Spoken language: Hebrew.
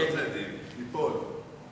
בסדר-היום של הכנסת נתקבלה.